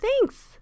Thanks